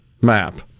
map